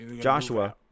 Joshua